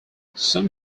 some